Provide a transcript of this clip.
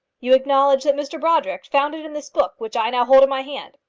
you acknowledge that mr brodrick found it in this book which i now hold in my hand?